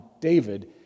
David